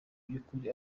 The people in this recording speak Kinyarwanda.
by’ukuri